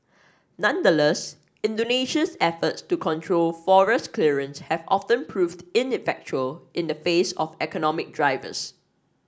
nonetheless Indonesia's efforts to control forest clearance have often proved ineffectual in the face of economic drivers